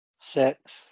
six